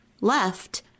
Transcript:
left